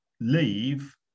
leave